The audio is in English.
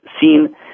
seen